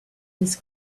his